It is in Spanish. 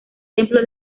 templo